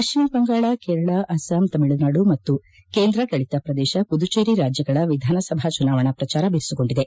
ಪಶ್ಚಿಮ ಬಂಗಾಳ ಕೇರಳ ಅಸ್ಸಾಂ ತಮಿಳುನಾಡು ಮತ್ತು ಕೇಂದ್ರಾಡಳಿತ ಪ್ರದೇಶ ಪುದುಚೇರಿ ರಾಜ್ಯಗಳ ವಿಧಾನಸಭಾ ಚುನಾವಣಾ ಪ್ರಚಾರ ಬಿರುಸುಗೊಂಡಿದೆ